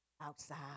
outside